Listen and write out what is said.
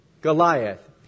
Goliath